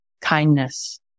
kindness